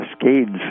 cascades